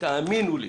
תאמינו לי,